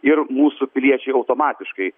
ir mūsų piliečiai automatiškai